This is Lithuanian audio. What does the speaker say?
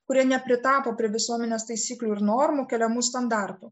kurie nepritapo prie visuomenės taisyklių ir normų keliamų standartų